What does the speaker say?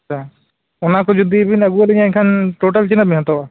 ᱟᱪᱪᱷᱟ ᱚᱱᱟᱠᱚ ᱡᱩᱫᱤᱵᱮᱱ ᱟᱹᱜᱩᱣᱟᱹᱞᱤᱧᱟ ᱮᱱᱠᱷᱟᱱ ᱴᱳᱴᱟᱞ ᱛᱤᱱᱟᱹᱜ ᱵᱮᱱ ᱦᱟᱛᱟᱣᱟ